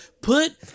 put